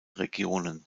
regionen